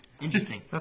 Interesting